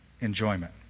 enjoyment